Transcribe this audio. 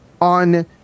on